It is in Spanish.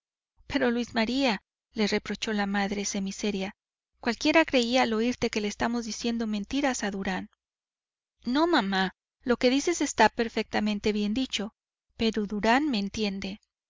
pero luis maría le reprochó la madre semi seria cualquiera creería al oirte que le estamos diciendo mentiras a durán no mamá lo que dices está perfectamente bien dicho pero durán me entiende